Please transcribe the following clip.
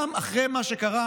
גם אחרי מה שקרה,